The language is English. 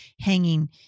hanging